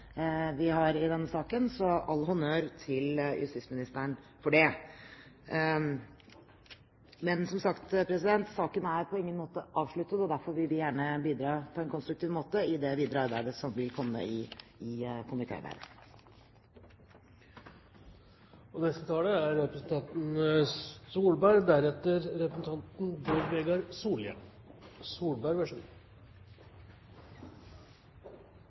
vi har i denne saken. Så all honnør til justisministeren for det! Men som sagt: Saken er på ingen måte avsluttet, og derfor vil vi gjerne bidra på en konstruktiv måte i det videre komitéarbeidet. La meg også få slutte meg til dem som takker for en detaljert, strukturert og